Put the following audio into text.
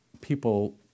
people